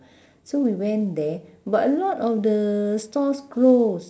so went there but a lot of the stalls close